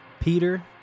Peter